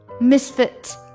misfit